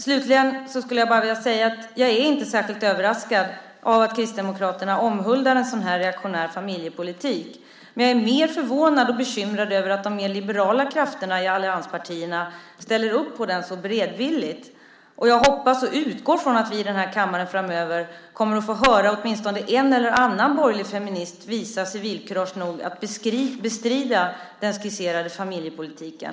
Slutligen vill jag säga att jag inte är särskilt överraskad av att Kristdemokraterna omhuldar en sådan reaktionär familjepolitik. Jag är mer förvånad och bekymrad över att de mer liberala krafterna i allianspartierna så beredvilligt ställer upp på den. Jag hoppas och utgår från att vi i den här kammaren framöver kommer att få höra åtminstone en eller annan borgerlig feminist visa civilkurage nog att bestrida den skisserade familjepolitiken.